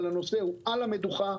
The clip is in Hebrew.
אבל הנושא הוא על המדוכה.